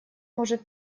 может